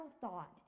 thought